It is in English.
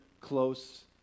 close